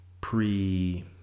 pre